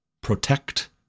Protect